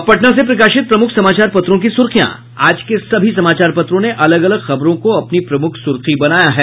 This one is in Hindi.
अब पटना से प्रकाशित प्रमुख समाचार पत्रों की सुर्खियां आज के सभी समाचार पत्रों ने अलग अलग खबरों को अपनी प्रमुख सूर्खी बनाया है